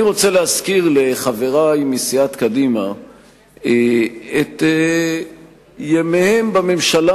אני רוצה להזכיר לחברי מסיעת קדימה את ימיהם בממשלה,